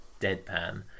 deadpan